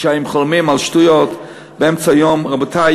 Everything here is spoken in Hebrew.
אם חולמים על שטויות באמצע היום, רבותי.